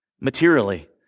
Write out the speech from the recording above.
materially